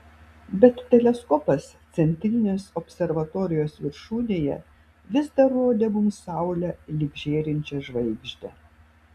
bet teleskopas centrinės observatorijos viršūnėje vis dar rodė mums saulę lyg žėrinčią žvaigždę